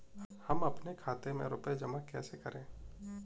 हम अपने खाते में रुपए जमा कैसे करें?